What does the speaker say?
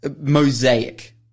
mosaic